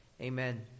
Amen